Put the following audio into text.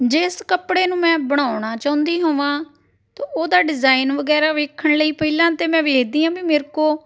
ਜਿਸ ਕੱਪੜੇ ਨੂੰ ਮੈਂ ਬਣਾਉਣਾ ਚਾਹੁੰਦੀ ਹੋਵਾਂ ਤਾਂ ਉਹਦਾ ਡਿਜ਼ਾਇਨ ਵਗੈਰਾ ਵੇਖਣ ਲਈ ਪਹਿਲਾਂ ਤਾਂ ਮੈਂ ਵੇਖਦੀ ਹਾਂ ਵੀ ਮੇਰੇ ਕੋਲ